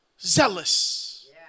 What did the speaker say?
zealous